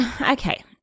okay